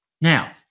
Now